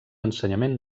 ensenyament